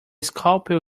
scalpel